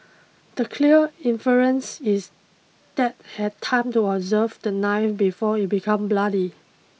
the clear inference is that had time to observe the knife before it become bloody